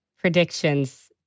predictions